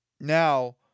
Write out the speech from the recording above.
Now